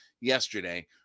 yesterday